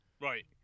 Right